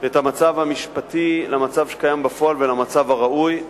את המצב המשפטי למצב שקיים בפועל ולמצב הראוי,